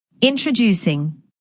introducing